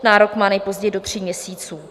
Nárok má nejpozději do tří měsíců.